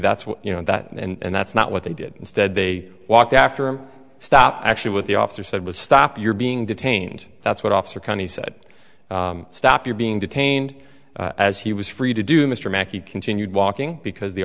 what you know that and that's not what they did instead they walked after him stop actually with the officer said was stop you're being detained that's what officer county said stop you're being detained as he was free to do mr makki continued walking because the